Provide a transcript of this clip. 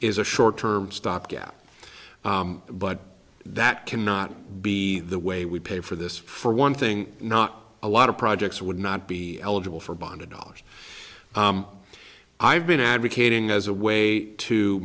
is a short term stopgap but that cannot be the way we pay for this for one thing not a lot of projects would not be eligible for bonded dollars i've been advocating as a way to